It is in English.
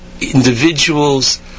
individuals